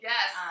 Yes